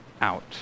out